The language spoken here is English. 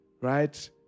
right